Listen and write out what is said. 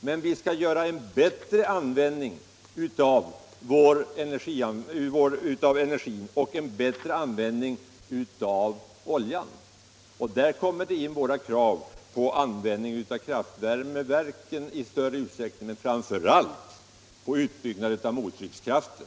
Men vi skall åstadkomma en bättre användning av energin och av oljan och där kommer centerns krav in rörande användningen av kraftvärmeverken i större utsträckning och framför allt kraven på en utbyggnad på mottryckskraften.